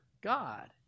God